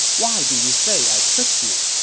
why do you say i tricked you?